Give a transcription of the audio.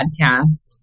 podcast